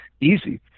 easy